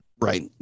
right